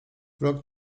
rok